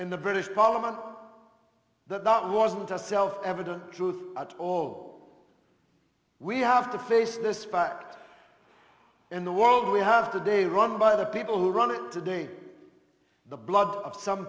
in the british parliament that that wasn't a self evident truth at all we have to face this fact in the world we have today run by the people who run it today the blood of some